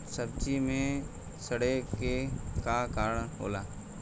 सब्जी में सड़े के का कारण होला?